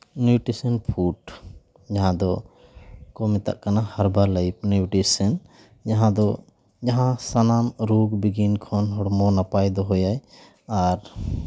nutrition food ᱡᱟᱦᱟᱸ ᱫᱚᱠᱚ ᱢᱮᱛᱟᱜ ᱠᱟᱱᱟ ᱦᱟᱨᱵᱟᱞ ᱞᱟᱭᱤᱯᱷ ᱱᱤᱭᱩᱴᱨᱮᱥᱮᱱ ᱡᱟᱦᱟᱸ ᱫᱚ ᱡᱟᱦᱟᱸ ᱥᱟᱱᱟᱢ ᱨᱳᱜᱽ ᱵᱤᱜᱷᱤᱱ ᱠᱷᱚᱱ ᱦᱚᱲᱢᱚ ᱱᱟᱯᱟᱭ ᱫᱚᱦᱚᱭᱟᱭ ᱟᱨ